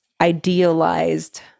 idealized